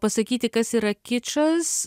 pasakyti kas yra kičas